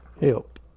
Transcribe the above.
Help